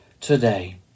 today